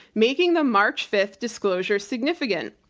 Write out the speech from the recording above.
making the march fifth disclosure significant.